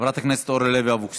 חברת הכנסת אורלי לוי אבקסיס,